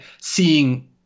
seeing